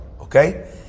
Okay